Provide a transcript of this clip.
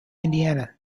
indiana